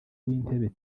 w’intebe